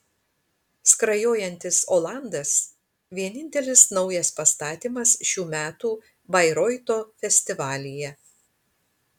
skrajojantis olandas vienintelis naujas pastatymas šių metų bairoito festivalyje